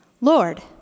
Lord